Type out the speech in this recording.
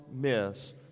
miss